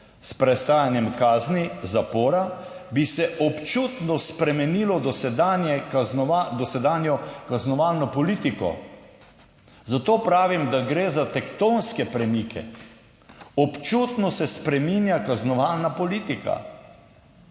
s prestajanjem kazni zapora, bi se občutno spremenilo dosedanjo kaznovalno politiko Zato pravim, da gre za tektonske premike. Občutno se spreminja kaznovalna politika.